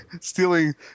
stealing